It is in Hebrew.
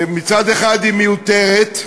מצד אחד, היא מיותרת,